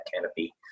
canopy